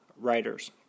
writers